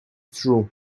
true